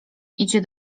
idzie